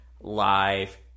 Live